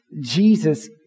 Jesus